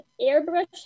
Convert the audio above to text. Airbrush